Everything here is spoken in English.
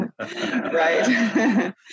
right